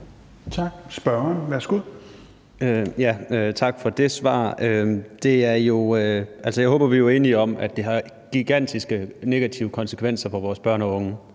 Aagaard Melson (V): Tak for det svar. Jeg håber jo, at vi er enige om, at det har gigantiske negative konsekvenser for vores børn og unge,